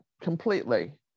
completely